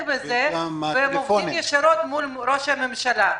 בזה והם עובדים ישירות מול ראש הממשלה.